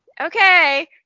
okay